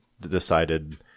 decided